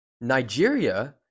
Nigeria